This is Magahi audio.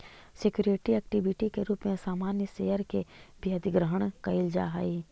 सिक्योरिटी इक्विटी के रूप में सामान्य शेयर के भी अधिग्रहण कईल जा हई